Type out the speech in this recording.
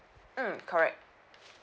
mm correct